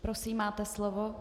Prosím, máte slovo.